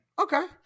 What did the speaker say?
Okay